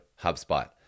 HubSpot